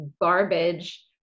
garbage